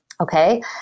Okay